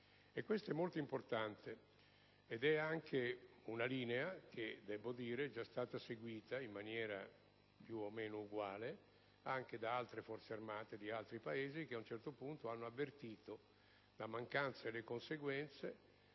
Questo è molto importante. Si tratta di una linea che, devo dire, è già stata seguita, in maniera più o meno analoga, anche dalle Forze armate di altri Paesi che, ad un certo punto, hanno avvertito le conseguenze